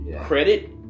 credit